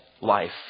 life